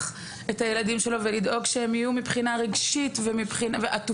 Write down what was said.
את הילדים שלו ולדאוג שהם יהיו מבחינה רגשית עטופים,